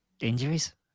injuries